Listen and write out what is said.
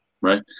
right